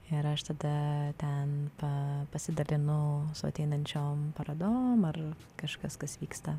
ir aš tada ten pasidalinu su ateinančiom parodom ar kažkas kas vyksta